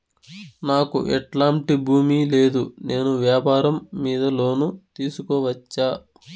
నాకు ఎట్లాంటి భూమి లేదు నేను వ్యాపారం మీద లోను తీసుకోవచ్చా?